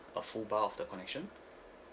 a full bar of the connection